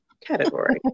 category